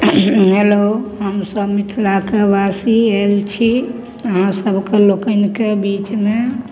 hello हमसभ मिथिलाके वासी आएल छी अहाँसभके लोकनिके बीचमे